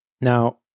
Now